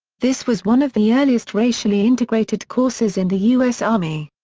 this was one of the earliest racially integrated courses in the u s. army.